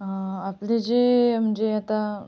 आपली जी म्हणजे आता